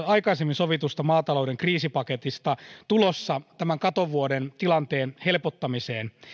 aikaisemmin sovitusta maatalouden kriisipaketista tulossa tämän katovuoden tilanteen helpottamiseen